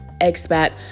expat